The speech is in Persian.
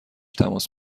تماس